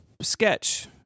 Sketch